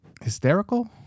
Hysterical